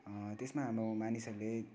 त्यसमा हाम्रो मानिसहरूले